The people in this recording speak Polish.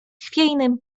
chwiejnym